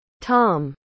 Tom